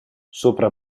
sopra